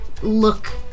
look